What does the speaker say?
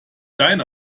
deine